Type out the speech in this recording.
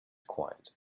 quiet